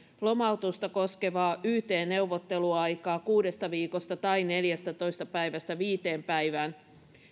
lomautusta koskevaa yt neuvotteluaikaa kuudesta viikosta tai neljästätoista päivästä viiteen päivään